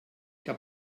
que